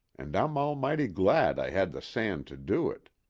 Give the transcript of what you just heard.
and i'm almighty glad i had the sand to do it.